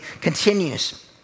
continues